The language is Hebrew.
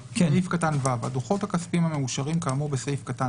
(ו) הדוחות הכספיים המאושרים כאמור בסעיף קטן